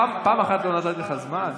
פעם אחת לא נתתי לך זמן?